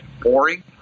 boring